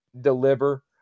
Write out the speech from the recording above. deliver